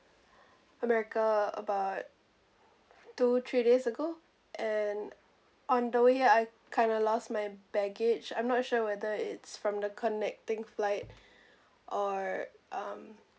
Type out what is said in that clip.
america about two three days ago and on the way I kind of lost my baggage I'm not sure whether it's from the connecting flight or um